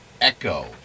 echo